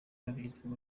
babigizemo